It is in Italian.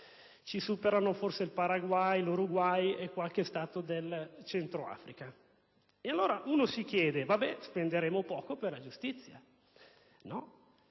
Ci superano forse il Paraguay, l'Uruguay e qualche Stato del Centro Africa. Allora si dirà: spenderemo poco per la giustizia. Non